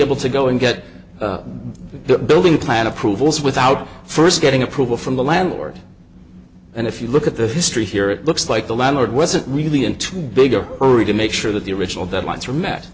able to go and get the building plan approvals without first getting approval from the landlord and if you look at the history here it looks like the landlord wasn't really into bigger hurry to make sure that the original deadlines